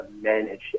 manage